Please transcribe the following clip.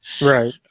right